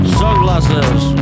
sunglasses